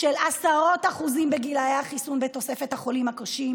אני אבקש פגישה עם מי שיש לו את הסמכות בתוך משרדי הממשלה,